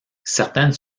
certaines